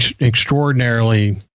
extraordinarily